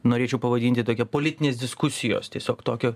norėčiau pavadinti tokia politinės diskusijos tiesiog tokio